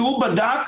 שהוא בדק,